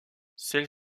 celle